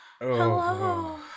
hello